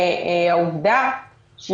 זה